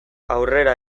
aurrera